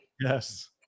Yes